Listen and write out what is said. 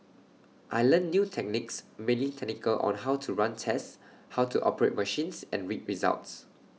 I learnt new techniques mainly technical on how to run tests how to operate machines and read results